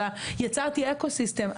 אלא יצרתי אקוסיסטם.